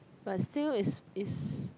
but still is is